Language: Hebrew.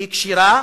היא כשירה.